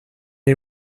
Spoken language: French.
est